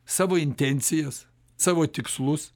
savo intencijas savo tikslus